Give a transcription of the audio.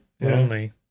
Lonely